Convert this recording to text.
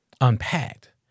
unpacked